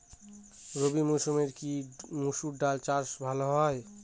রবি মরসুমে কি মসুর ডাল চাষ ভালো হয়?